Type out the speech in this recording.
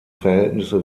verhältnisse